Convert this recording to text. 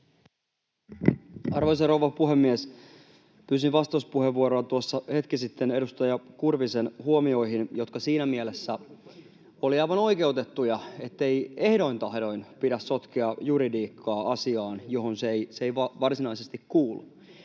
Arvoisa rouva puhemies! Pyysin vastauspuheenvuoroa tuossa hetki sitten edustaja Kurvisen huomioihin, jotka siinä mielessä olivat aivan oikeutettuja, ettei ehdoin tahdoin pidä sotkea juridiikkaa asiaan, johon se ei varsinaisesti kuulu.